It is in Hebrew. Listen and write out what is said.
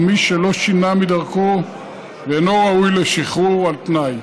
מי שלא שינה את דרכו ואינו ראוי לשחרור על תנאי.